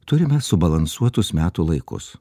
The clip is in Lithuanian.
turime subalansuotus metų laikus